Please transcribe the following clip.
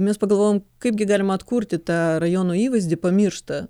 mes pagalvojom kaipgi galima atkurti tą rajono įvaizdį pamirštą